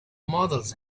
models